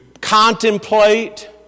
contemplate